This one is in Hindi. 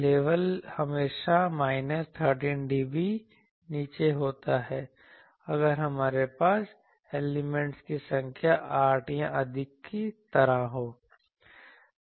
लेवल हमेशा माइनस 13dB नीचे होता है अगर हमारे पास एलिमेंट्स की संख्या 8 या अधिक की तरह हो